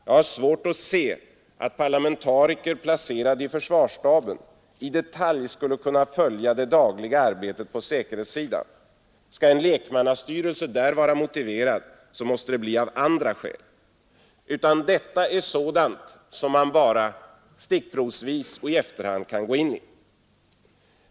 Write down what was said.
Jag har svårt att se att parlamentariker placerade i försvarsstaben i detalj skulle kunna följa det dagliga arbetet på säkerhetssidan. Skall en lekmannastyrelse där vara motiverad, så måste det bli av andra skäl. Detta är sådant som man bara stickprovsvis och i efterhand kan gå in i.